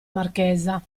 marchesa